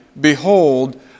Behold